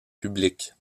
public